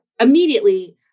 immediately